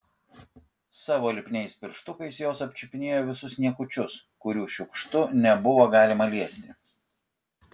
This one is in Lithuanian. savo lipniais pirštukais jos apčiupinėjo visus niekučius kurių šiukštu nebuvo galima liesti